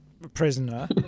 Prisoner